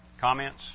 Comments